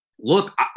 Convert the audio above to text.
Look